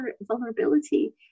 vulnerability